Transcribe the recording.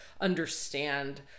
understand